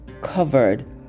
covered